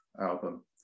album